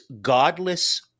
godless